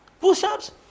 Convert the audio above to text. Push-ups